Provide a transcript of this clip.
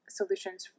solutions